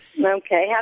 Okay